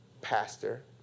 Pastor